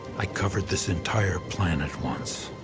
i covered this entire planet once,